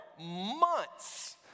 months